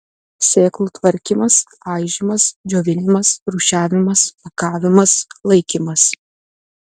sėklų tvarkymas aižymas džiovinimas rūšiavimas pakavimas laikymas